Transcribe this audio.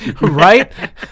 Right